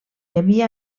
havia